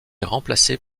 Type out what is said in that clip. remplacés